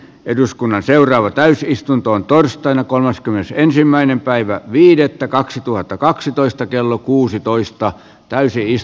eduskunnan seuraava täysi istuntoon torstaina kolmaskymmenesensimmäinen päivä viidettä kaksituhattakaksitoista kello kuusitoista tai järkevää